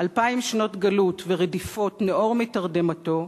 אלפיים שנות גלות ורדיפות ניעור מתרדמתו,